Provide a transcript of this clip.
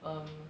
um